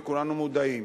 וכולנו מודעים,